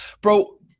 Bro